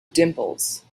dimples